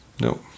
No